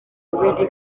willy